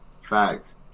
Facts